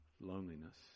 loneliness